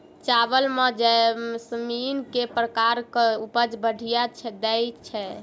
चावल म जैसमिन केँ प्रकार कऽ उपज बढ़िया दैय छै?